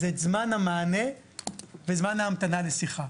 זה את זמן המענה ואת זמן ההמתנה לשיחה.